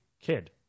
kid